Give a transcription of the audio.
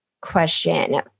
question